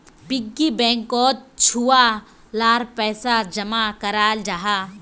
piggy बैंकोत छुआ लार पैसा जमा कराल जाहा